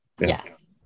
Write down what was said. Yes